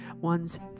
ones